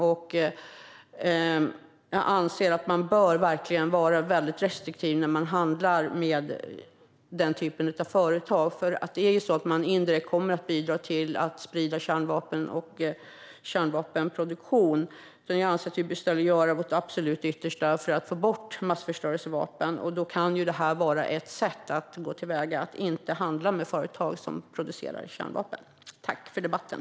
Jag anser att man verkligen bör vara restriktiv när man handlar med den typen av företag, för man kommer indirekt att bidra till att sprida kärnvapen och kärnvapenproduktion. Jag anser att vi i stället bör göra vårt absolut yttersta för att få bort massförstörelsevapen. Då kan ett sätt att gå till väga vara att inte handla med företag som producerar kärnvapen. Tack för debatten!